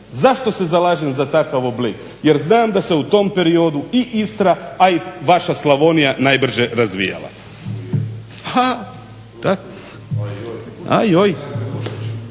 Zašto se zalažem za takav oblik jer znam da se u tom periodu i Istra, a i vaša Slavonija najbrže razvijala.